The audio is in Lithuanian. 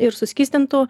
ir suskystintų